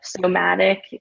somatic